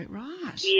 right